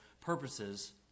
purposes